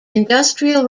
industrial